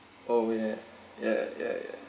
oh ya ya ya ya